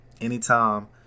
Anytime